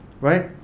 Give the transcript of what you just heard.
right